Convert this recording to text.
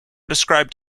described